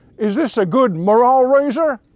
is this a good morale raiser?